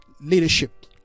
leadership